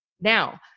Now